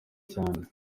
cyane